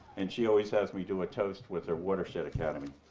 and she always has me do a toast with her watershed academy.